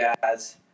guys